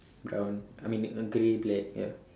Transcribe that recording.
brown I mean uh grey black ya